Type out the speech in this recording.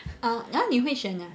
err !huh! 你会选 ah